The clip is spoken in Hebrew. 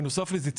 בנוסף לזה,